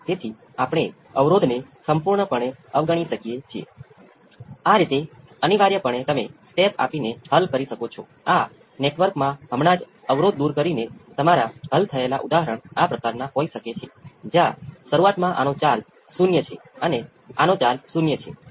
તેથી દેખીતી રીતે અહીં આ V c એ ફોર્સ રિસ્પોન્સ આ natural response V C N મૂળ વિકલન સમીકરણને પણ સંતોષશે